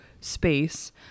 space